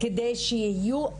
כדי שיהיו ---?